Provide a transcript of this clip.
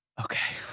okay